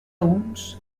uns